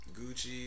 Gucci